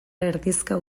erdizka